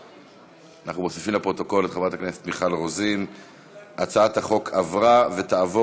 בהצעת חוק בעניין תקופת לידה והורות ובהצעת חוק התכנון